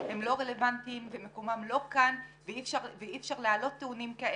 הם לא רלוונטיים ומקומם לא כאן ואי אפשר להעלות טיעונים כאלה.